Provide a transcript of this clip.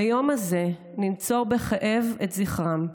ביום הזה ננצור בכאב את זכרם,